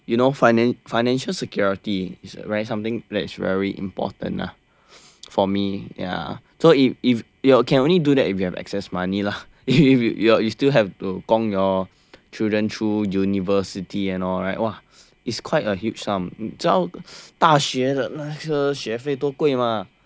you know finance financial security is right something pledge very important lah for me ya so if if you can only do that if you have excess money lah you you you you you still have to 贡 your children through university and all right !wah! it's quite a huge sum 你知道大学的那个学费多贵吗